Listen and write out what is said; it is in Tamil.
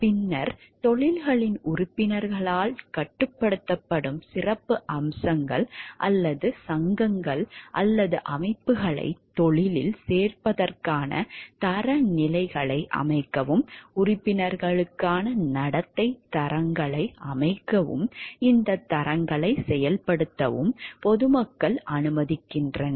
பின்னர் தொழில்களின் உறுப்பினர்களால் கட்டுப்படுத்தப்படும் சிறப்புச் சங்கங்கள் அல்லது அமைப்புகளை தொழிலில் சேர்வதற்கான தரநிலைகளை அமைக்கவும் உறுப்பினர்களுக்கான நடத்தைத் தரங்களை அமைக்கவும் இந்தத் தரங்களைச் செயல்படுத்தவும் பொதுமக்கள் அனுமதிக்கின்றனர்